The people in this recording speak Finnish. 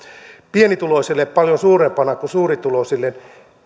pienituloisille paljon suurempana kuin suurituloisille